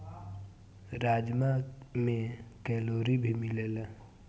राजमा में कैलोरी भी मिलेला